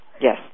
Yes